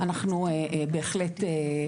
אנחנו בהחלט,